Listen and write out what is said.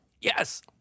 Yes